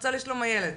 המועצה לשלום הילד.